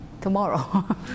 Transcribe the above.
tomorrow